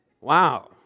Wow